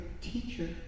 teacher